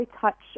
touch